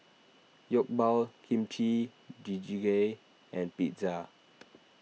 Jokbal Kimchi Jjigae and Pizza